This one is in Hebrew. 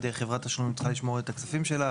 חברת תשלומים צריכה לשמור את הכספים שלה,